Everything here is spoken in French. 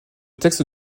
texte